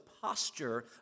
posture